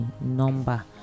number